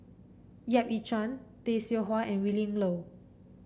Yap Ee Chian Tay Seow Huah and Willin Low